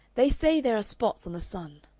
they say there are spots on the sun.